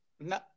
No